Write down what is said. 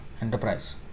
enterprise